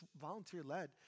volunteer-led